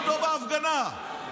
איתו בהפגנה.